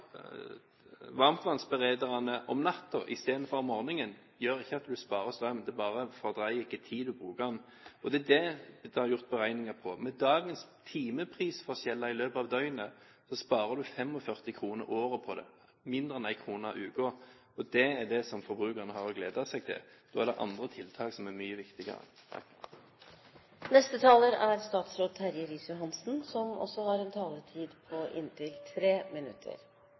varmtvannsberederne om natten i stedet for om morgenen gjør ikke at du sparer strøm. Det bare fordreier hvilken tid du bruker den. Og det er dét det er gjort beregninger på. Med dagens timeprisforskjeller i løpet av døgnet sparer du 45 kr året på det – mindre enn én krone uken. Det er det som forbrukeren har å glede seg til. Da er det andre tiltak som er mye viktigere. Først til representanten Hjemdal som